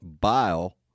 bile